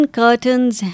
curtains